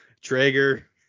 Traeger